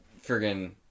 friggin